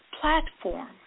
platform